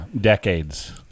decades